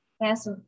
Yes